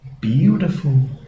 beautiful